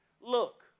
look